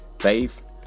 faith